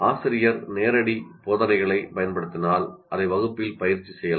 ஆசிரியர் நேரடி போதனைகளைப் பயன்படுத்தினால் அதை வகுப்பில் பயிற்சி செய்யலாம்